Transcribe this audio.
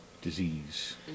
disease